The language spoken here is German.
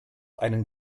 einen